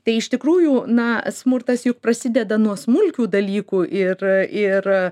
tai iš tikrųjų na smurtas juk prasideda nuo smulkių dalykų ir ir